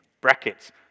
brackets